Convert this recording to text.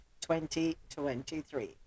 2023